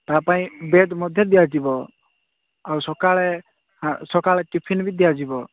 ତାପାଇଁ ବେଡ୍ ମଧ୍ୟ ଦିଆଯିବ ଆଉ ସକାଳେ ହଁ ସକାଳେ ଟିଫିନ୍ ବି ଦିଆଯିବ